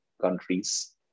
countries